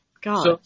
God